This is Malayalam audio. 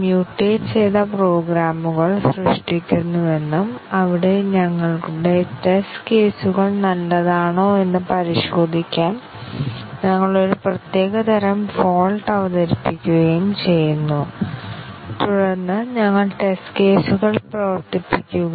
കവറേജ് അടിസ്ഥാനമാക്കിയുള്ള ടെസ്റ്റിംഗ് ടെക്നിക്കുകളിൽ ഞങ്ങൾ സ്റ്റേറ്റ്മെന്റ് കവറേജ് ബ്രാഞ്ച് അല്ലെങ്കിൽ ഡിസിഷൻ കവറേജ് വിവിധ കണ്ടിഷൻ കവറേജ് ടെക്നിക്കുകൾ എന്നിവ നോക്കി തുടർന്ന് ഞങ്ങൾ പാത്ത് ടെസ്റ്റിംഗും നോക്കി